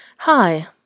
Hi